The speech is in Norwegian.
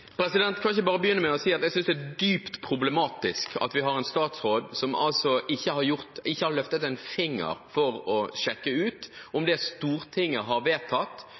dypt problematisk at vi har en statsråd som ikke har løftet en finger for å sjekke ut om det Stortinget har vedtatt,